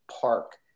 park